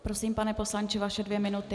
Prosím, pane poslanče, vaše dvě minuty.